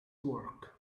work